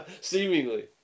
Seemingly